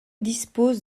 dispose